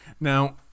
Now